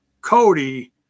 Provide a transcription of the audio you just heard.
Cody